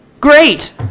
Great